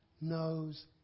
knows